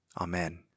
Amen